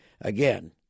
again